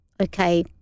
okay